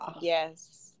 yes